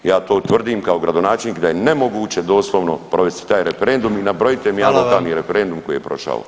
Ja to tvrdim kao gradonačelnik da je nemoguće doslovno provesti taj referendum i nabrojite mi ustavni referendum koji je prošao.